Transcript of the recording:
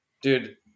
dude